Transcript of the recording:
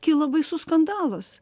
kilo baisus skandalas